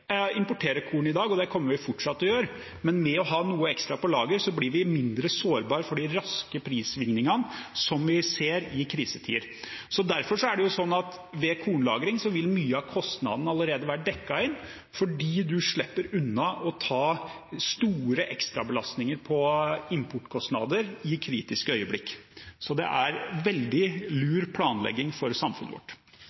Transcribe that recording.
fortsatt til å gjøre, men ved å ha noe ekstra på lager blir vi mindre sårbare for de raske prissvingningene som vi ser i krisetider. Ved kornlagring vil mye av kostnadene allerede være dekket inn fordi en slipper unna store ekstrabelastninger med importkostnader i kritiske øyeblikk, så det er en veldig